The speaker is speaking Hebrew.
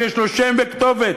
שיש לו שם וכתובת,